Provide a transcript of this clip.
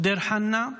דיר חנא,